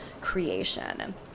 creation